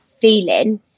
feeling